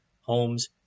homes